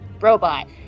robot